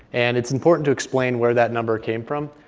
and it's important to explain where that number came from.